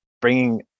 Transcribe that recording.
bringing